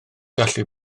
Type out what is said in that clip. gallu